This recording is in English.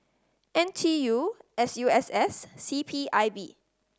N T U S U S S C P I B